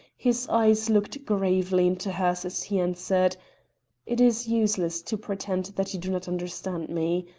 his eyes looked gravely into hers as he answered it is useless to pretend that you do not understand me.